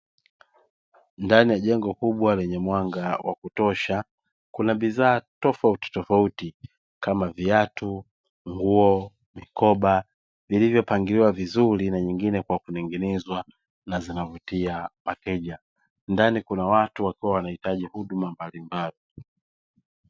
Ndani ya jengo kubwa lenye mwanga wa kutosha kuna bidhaa tofautitofauti kama viatu, nguo, mikoba vilivopangiliwa vizuri na vingine kwa kuning’inizwa na zinavutia wateja. Ndani kuna watu ambao wanahitaji huduma mbalimbali.